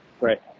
right